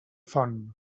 font